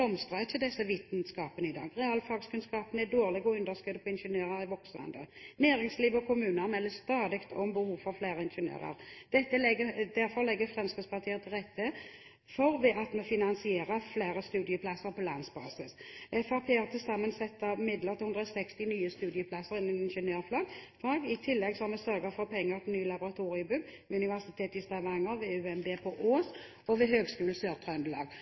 disse vitenskapene i dag. Realfagskunnskapene er dårlige, og underskuddet på ingeniører er voksende. Næringsliv og kommuner melder stadig om behovet for flere ingeniører. Dette legger Fremskrittspartiet til rette for ved at vi finansierer flere studieplasser på landsbasis. Fremskrittspartiet har til sammen satt av midler til 160 nye studieplasser innen ingeniørfag. I tillegg har vi sørget for penger til nye laboratoriebygg ved Universitetet i Stavanger, ved UMB på Ås og ved